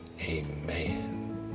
amen